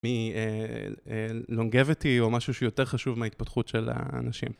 מLongevity או משהו שיותר חשוב מההתפתחות של האנשים.